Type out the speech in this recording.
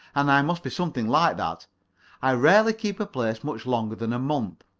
and i must be something like that i rarely keep a place much longer than a month.